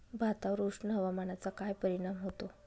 भातावर उष्ण हवामानाचा काय परिणाम होतो?